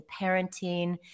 parenting